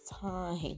time